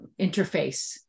interface